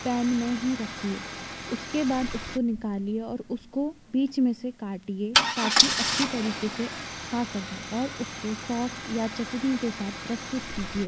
pan में ही रखिए उसके बाद उसको निकालिए और उसको बीच में से काटिए ताकि अच्छी तरीक़े से खा सकें और उसको सॉस या चटनी के साथ प्रस्तुत कीजिए